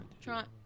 Trump